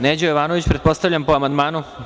Neđo Jovanović, pretpostavljam po amandmanu?